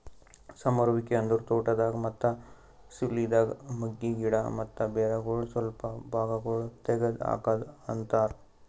ಸಮರುವಿಕೆ ಅಂದುರ್ ತೋಟದಾಗ್, ಮತ್ತ ಸಿಲ್ವಿದಾಗ್ ಮಗ್ಗಿ, ಗಿಡ ಮತ್ತ ಬೇರಗೊಳ್ ಸ್ವಲ್ಪ ಭಾಗಗೊಳ್ ತೆಗದ್ ಹಾಕದ್ ಅಂತರ್